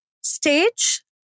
Stage